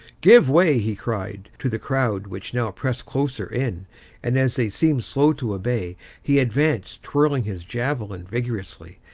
give way, he cried, to the crowd which now pressed closer in and as they seemed slow to obey, he advanced twirling his javelin vigorously,